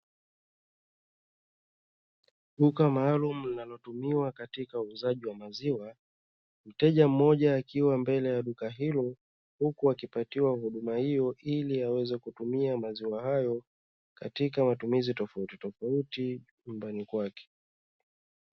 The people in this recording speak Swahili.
Duka la maalumu linalotumiwa katika uuzaji wa maziwa mteja mmoja akiwa mbele ya duka hilo huku akipatiwa huduma hiyo, ili aweze kutumia maziwa hayo katika matumizi tofautitofauti nyumbani kwake.